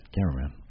Cameraman